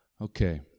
Okay